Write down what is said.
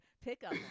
pickup